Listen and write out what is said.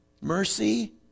Mercy